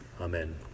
Amen